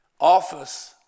office